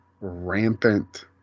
rampant